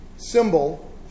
symbol